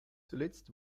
zuletzt